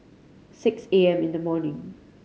six A M in the morning